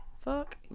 Fuck